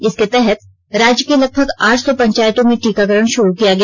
इसके तहत राज्य के लगभग आठ सौ पंचायतों में टीकारण शुरू किया गया